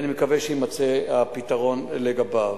ואני מקווה שיימצא הפתרון לגביו.